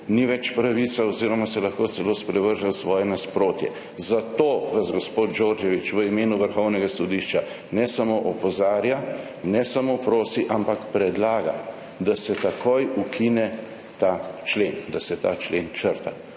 ni več pravica oziroma se lahko celo sprevrže v svoje nasprotje. Zato vas gospod Đorđević v imenu Vrhovnega sodišča ne samo opozarja, ne samo prosi, ampak vam tudi predlaga, da se takoj ukine ta člen, da se ta člen črta.